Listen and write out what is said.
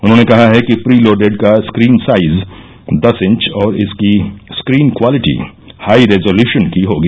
उन्होंने कहा है कि प्रि लोडेड का स्क्रीन साइज दस इंच और इसकी स्क्रीन क्वालिटी हाई रेजोल्युशन की होगी